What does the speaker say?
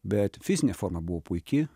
bet fizinė forma buvo puiki